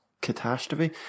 Catastrophe